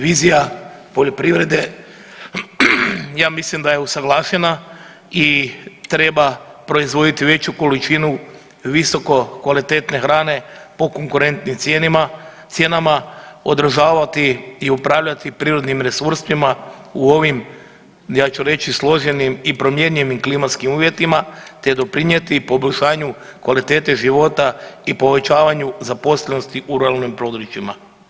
Vizija poljoprivrede ja mislim da je usuglašena i da treba proizvoditi veću količinu visokokvalitetne hrane po konkurentnim cijenama, održavati i upravljati prirodnim resursima u ovim ja ću reći složenim i promjenjivim klimatskim uvjetima te doprinijeti poboljšanju kvalitete života i povećavanju zaposlenosti u ruralnim područjima.